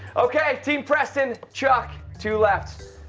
okay. team preston. chuck, two left.